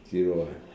zero ah